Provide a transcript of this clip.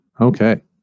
okay